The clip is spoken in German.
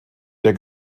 der